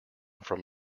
from